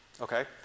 Okay